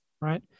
right